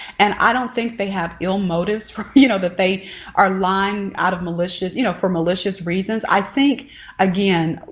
and i don't think they have ill motives from you know that they are lying out of malicious, you know for malicious reasons i think again,